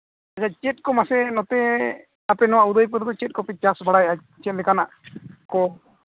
ᱪᱮᱫ ᱠᱚ ᱢᱟᱥᱮ ᱱᱚᱛᱮ ᱟᱯᱮ ᱱᱚᱣᱟ ᱩᱫᱚᱭᱯᱩᱨ ᱫᱚ ᱪᱮᱫ ᱠᱚᱯᱮ ᱪᱟᱥ ᱵᱟᱲᱟᱭᱮᱫᱼᱟ ᱪᱮᱫ ᱞᱮᱠᱟᱱᱟᱜ ᱠᱚ